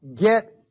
get